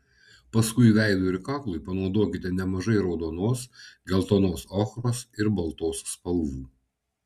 paskui veidui ir kaklui panaudokite nemažai raudonos geltonos ochros ir baltos spalvų